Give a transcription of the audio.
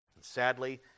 Sadly